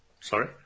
Sorry